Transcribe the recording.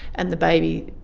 and the baby,